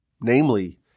namely